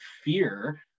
fear